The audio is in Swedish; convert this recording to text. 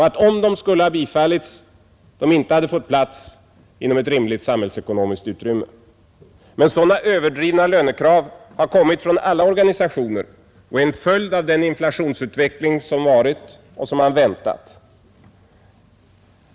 Om kraven skulle ha bifallits, hade de inte fått plats inom ett rimligt samhällsekonomiskt utrymme. Men sådana överdrivna lönekrav har kommit från alla organisationer och är en följd av den inflationsutveckling som varit och som man väntat.